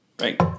Right